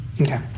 okay